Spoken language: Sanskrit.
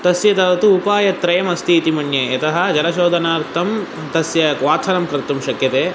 तस्यदावदतु उपायत्रयमस्ति इति मन्ये यतः जलशोधनार्थं तस्य क्वथनं कर्तुं शक्यते